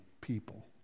people